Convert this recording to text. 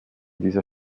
dieser